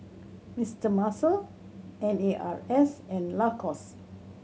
Mister Muscle N A R S and Lacoste